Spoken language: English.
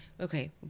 Okay